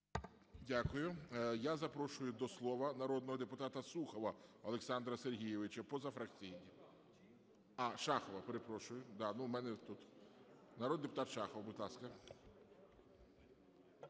Дякую. Я запрошую до слова народного депутата Сухова Олександра Сергійовича, позафракційний. А, Шахова, перепрошую. Да, у мене тут… Народний депутат Шахов, будь ласка.